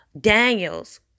Daniel's